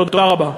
תודה רבה.